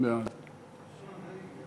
ההצעה לכלול את הנושא בסדר-היום של הכנסת נתקבלה.